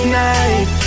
night